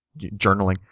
journaling